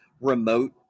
remote